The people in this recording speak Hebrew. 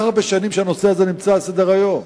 הרבה שנים שהנושא הזה נמצא על סדר-היום,